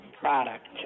product